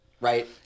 right